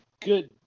good